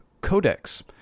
Codex